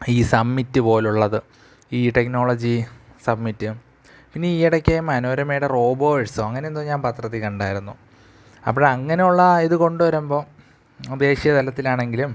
ഈ സമ്മിറ്റ് പോലുള്ളത് ഈ ടെക്നോളജി സമ്മിറ്റ് പിന്നെ ഈ ഇടയ്ക്ക് മനോരമയുടെ റോബേഴ്സോ അങ്ങനെ എന്തോ ഞാൻ പത്രത്തിൽ കണ്ടിരുന്നു അപ്പം അങ്ങനെ ഉള്ള ആ ഇത് കൊണ്ടുവരുമ്പോൾ ദേശീയ തലത്തിലാണെങ്കിലും